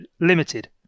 limited